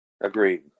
agreed